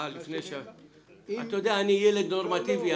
אני ילד נורמטיבי,